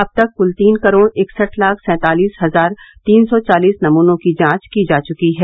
अब तक कुल तीन करोड़ इकसठ लाख सैंतालीस हजार तीन सौ चालीस नमूनों की जांच की जा च्की है